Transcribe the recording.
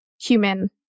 human